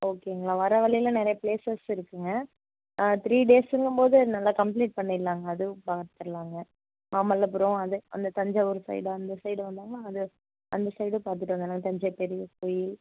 ஓகேங்களா வர வழில நிறையா ப்ளேசஸ் இருக்குங்க த்ரீ டேஸுங்கம்போது நல்லா கம்ப்ளீட் பண்ணிடலாங்க அதுவும் பார்த்தர்லாங்க மாமல்லபுரம் அந்த அந்த தஞ்சாவூர் சைடு அந்த சைடு வந்தாங்கன்னா அது அந்த சைடும் பார்த்துட்டு வந்துடலாம் தஞ்சை பெரிய கோயில்